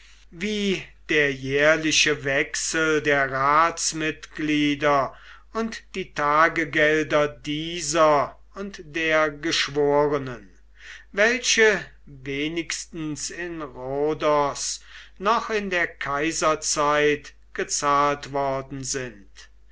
wie der jährliche wechsel der ratsmitglieder und die tagegelder dieser und der geschworenen welche wenigstens in rhodos noch in der kaiserzeit gezahlt worden sind